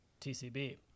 TCB